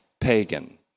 pagan